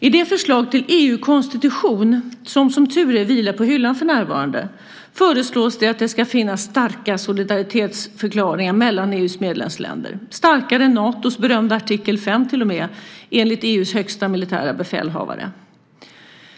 I det förslag till EU-konstitution som, som tur är, vilar på hyllan för närvarande föreslås att det ska finnas starka solidaritetsförklaringar mellan EU:s medlemsländer, till och med starkare än Natos berömda artikel 5, enligt EU:s högste militära befälhavare.